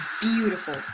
beautiful